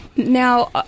Now